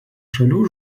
šalių